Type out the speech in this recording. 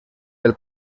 del